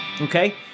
okay